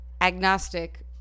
agnostic